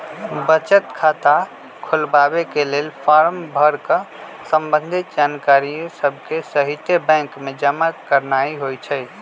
बचत खता खोलबाके लेल फारम भर कऽ संबंधित जानकारिय सभके सहिते बैंक में जमा करनाइ होइ छइ